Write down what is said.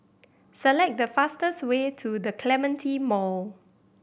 select the fastest way to The Clementi Mall